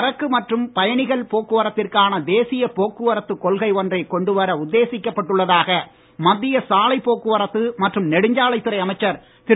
சரக்கு மற்றும் பயணிகள் போக்குவரத்திற்கான தேசிய போக்குவரத்து உத்தேசிக்கப்பட்டுள்ளதாக மத்திய சாலை போக்குவரத்து மற்றும் நெடுஞ்சாலை துறை அமைச்சர் திரு